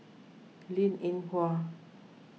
Linn in Hua